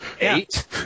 Eight